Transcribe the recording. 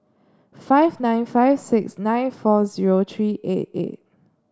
five nine five six nine four zero three eight eight